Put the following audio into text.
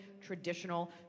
traditional